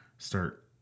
Start